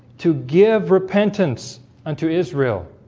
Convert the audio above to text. to give repentance unto israel